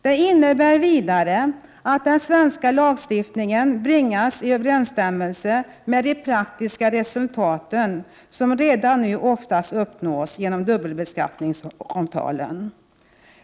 Det innebär vidare att den svenska lagstiftningen bringas i överensstämmelse med de praktiska resultat som redan nu oftast uppnås genom dubbelbeskattningsavtalen.